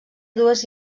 dues